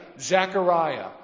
Zechariah